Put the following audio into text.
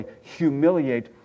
humiliate